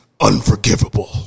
Unforgivable